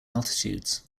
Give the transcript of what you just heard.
altitudes